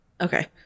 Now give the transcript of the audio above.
okay